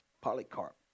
Polycarp